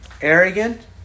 arrogant